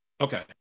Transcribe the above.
Okay